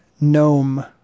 gnome